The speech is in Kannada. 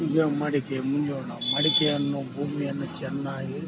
ಈಗ ಮಡಿಕೆ ಮುಂದೋಣ ಮಡಿಕೆಯನ್ನು ಭೂಮಿಯನ್ನು ಚೆನ್ನಾಗಿ